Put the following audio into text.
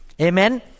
Amen